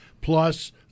plus